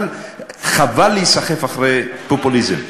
חבל להיסחף אחר פופוליזם.